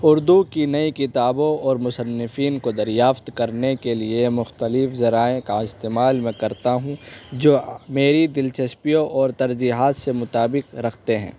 اردو کی نئی کتابوں اور مصنفین کو دریافت کرنے کے لیے مختلف ذرائع کا استعمال میں کرتا ہوں جو میری دلچسپیوں اور ترجیحات سے مطابق رکھتے ہیں